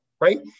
right